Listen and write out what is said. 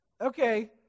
Okay